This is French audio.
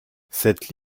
cette